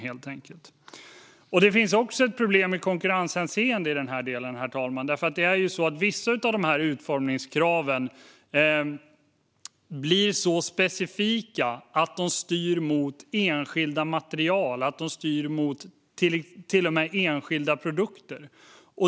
Det finns också ett problem i konkurrenshänseende, herr talman, då vissa av utformningskraven blir så specifika att de styr mot enskilda material och till och med enskilda produkter.